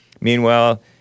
Meanwhile